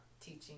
teaching